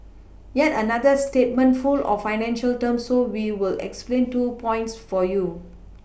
yet another statement full of financial terms so we will explain two points for you